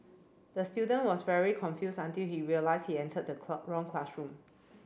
the student was very confused until he realised he entered the wrong classroom